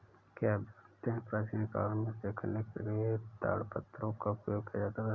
क्या आप जानते है प्राचीन काल में लिखने के लिए ताड़पत्रों का प्रयोग किया जाता था?